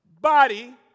body